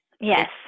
Yes